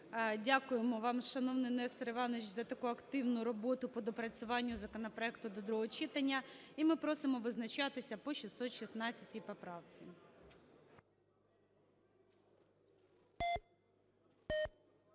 Дякуємо вам, шановний Нестор Іванович, за таку активну роботу по доопрацюванні законопроекту до другого читання. І ми просимо визначатися по 616 поправці.